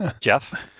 Jeff